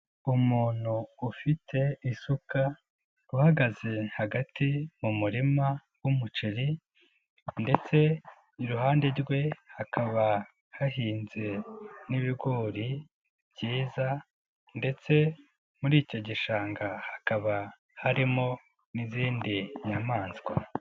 Umuntu ufite isuka, uhagaze hagati mu murima w'umuceri ndetse iruhande rwe hakaba hahinze n'ibigori byiza ndetse muri icyo gishanga hakaba harimo n'izindi nyamaswa.